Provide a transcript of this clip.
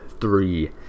three